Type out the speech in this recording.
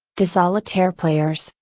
the solitaire players,